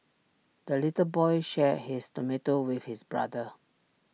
the little boy shared his tomato with his brother